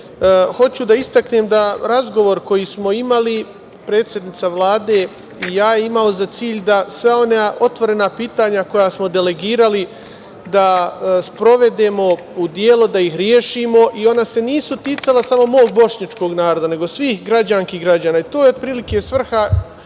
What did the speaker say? da istaknem da razgovor koji smo imali predsednica Vlade i ja je imao za cilj da sva ona otvorena pitanja koja smo delegirali da sprovedemo u delu, da ih rešimo i ona se nisu ticala samo mog bošnjačkog naroda, nego svih građanki i građana i to je otprilike svrha